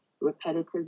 repetitive